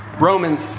Romans